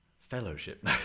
fellowship